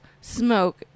smoke